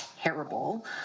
Terrible